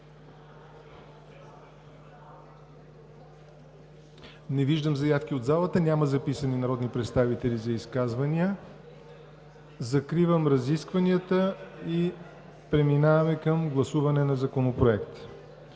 Не виждам заявки от залата, няма записани народни представители за изказвания. Закривам разискванията. Преминаваме към гласуване на Законопроекта.